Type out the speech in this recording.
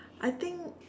I think